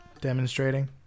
demonstrating